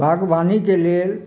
बागवानीके लेल